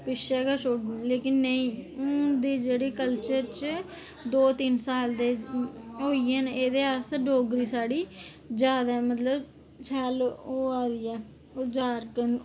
पिच्छें गै छोड़ी ओड़ी लेकिन नेईं उंदी जेह्ड़ी कल्चर च दो तिन साल ते होइये न ते अस डोगरी साढ़ी जान ऐ मतलब ओह् होइया